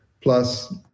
plus